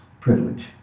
privilege